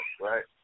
right